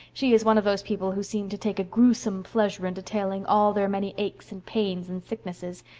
she is one of those people who seem to take a gruesome pleasure in detailing all their many aches and pains and sicknesses.